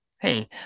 hey